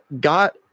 got